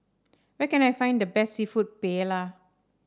where can I find the best seafood Paella